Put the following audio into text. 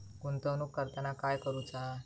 गुंतवणूक करताना काय करुचा?